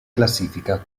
classifica